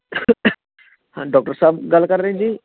ਹਾਂ ਡੋਕਟਰ ਸਾਹਿਬ ਗੱਲ ਕਰ ਰਹੇ ਜੀ